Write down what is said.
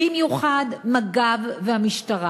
במיוחד מג"ב והמשטרה,